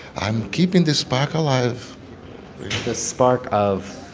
i'm keeping the spark alive the spark of?